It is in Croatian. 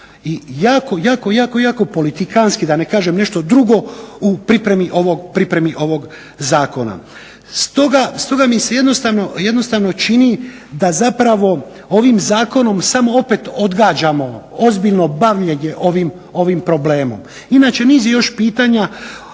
jako površno i jako, jako politikanski da ne kažem nešto drugo u pripremi ovog zakona. Stoga mi se jednostavno čini da zapravo ovim zakonom samo opet odgađamo ozbiljno bavljenje ovim problemom. Inače niz još je pitanja,